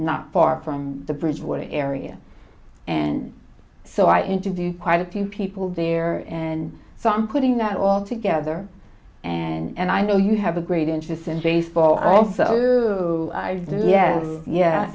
not far from the bridgewater area and so i interviewed quite a few people there and so i'm putting that all together and i know you have a great interest in baseball also yeah yeah